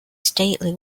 stately